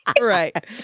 Right